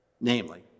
Namely